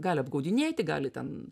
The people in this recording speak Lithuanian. gali apgaudinėti gali ten